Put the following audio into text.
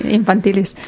infantiles